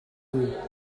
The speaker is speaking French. deux